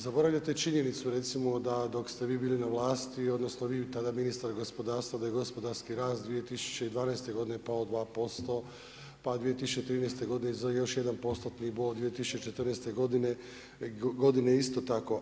Zaboravljate činjenicu recimo da dok ste vi bili na vlasti odnosno vi tada ministar gospodarstva da je gospodarski rast 2012. godine pao 2% pa 2013. godine za još jedan postotni bon, 2014. godine isto tako.